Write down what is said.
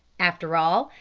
after all,